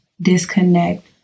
disconnect